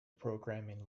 programming